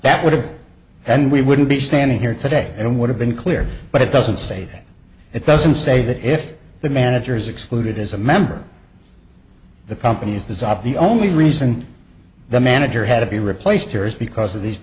that would have and we wouldn't be standing here today and would have been clear but it doesn't say that it doesn't say that if the managers are excluded as a member the companies the zob the only reason the manager had to be replaced here is because of these